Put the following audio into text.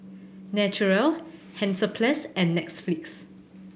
Naturel Hansaplast and Netflix